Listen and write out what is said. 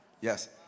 Yes